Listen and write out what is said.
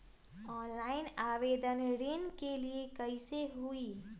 Online आवेदन ऋन के लिए कैसे हुई?